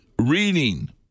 reading